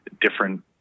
different